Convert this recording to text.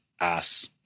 ass